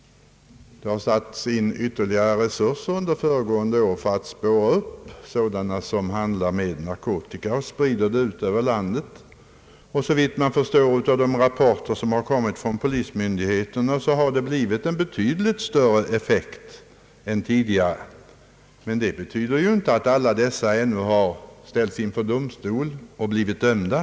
Det har under föregående år satts in ytterligare resurser för att spåra upp dem som handlar med narkotika och sprider ut den över landet. Såvitt man förstår av de många rapporter som kommit från polismyndigheterna har polisens åtgärder fått en betydligt större effekt än tidigare. Det betyder dock inte att alla narkotikabrottslingar ännu har ställts inför domstol och blivit dömda.